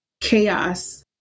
chaos